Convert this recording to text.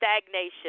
stagnation